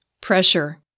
Pressure